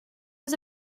was